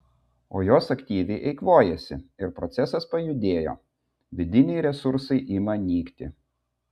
o jos aktyviai eikvojasi ir procesas pajudėjo vidiniai resursai ima nykti